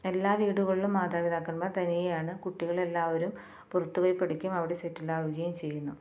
എല്ലാ വീടുകളിലും മാതാപിതാക്കന്മാർ തനിയെയാണ് കുട്ടികളെല്ലാവരും പുറത്തുപോയി പഠിക്കും അവിടെ സെറ്റില്ഡ് ആവുകയും ചെയ്യുന്നു